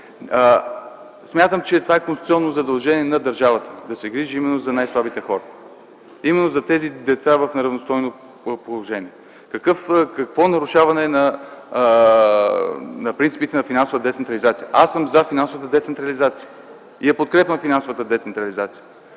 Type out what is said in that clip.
Смятам, че това е конституционно задължение на държавата – да се грижи за най слабите хора, именно и за децата в неравностойно положение. Какво нарушаване на принципите на финансовата децентрализация има тук? Аз съм за финансовата децентрализация и я подкрепям, но когато става